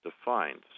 defined